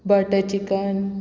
butter chicken